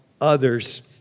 others